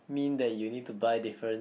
mean that you need to buy different